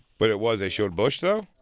but it was they showed bush, though?